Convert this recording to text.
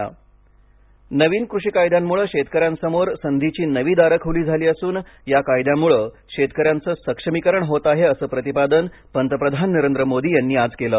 मन की बात नवीन कृषी कायद्यांमुळे शेतकऱ्यांसमोर संधीची नवी दारं खुली झाली असून या कायद्यांमुळे शेतकऱ्यांचं सक्षमीकरण होत आहे असं प्रतिपादन पंतप्रधान नरेंद्र मोदी यांनी आज केलं